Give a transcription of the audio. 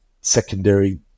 secondary